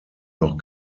noch